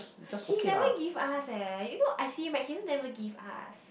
he never give us eh you know I see him he also never give us